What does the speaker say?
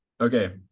Okay